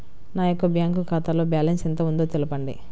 నా యొక్క బ్యాంక్ ఖాతాలో బ్యాలెన్స్ ఎంత ఉందో తెలపండి?